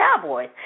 Cowboys